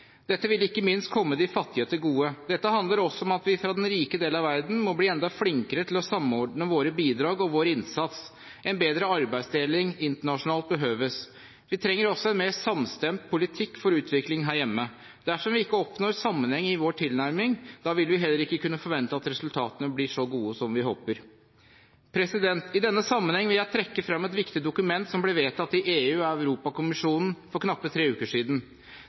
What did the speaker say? Dette vil ikke minst komme de fattige til gode. Dette handler også om at vi fra den rike del av verden må bli enda flinkere til å samordne våre bidrag og vår innsats. En bedre arbeidsdeling internasjonalt behøves. Vi trenger også en mer samstemt politikk for utvikling her hjemme. Dersom vi ikke oppnår sammenheng i vår tilnærming, vil vi heller ikke kunne forvente at resultatene blir så gode som vi håper. I denne sammenheng vil jeg trekke frem et viktig dokument som ble vedtatt i EU og Europakommisjonen for knappe tre uker siden,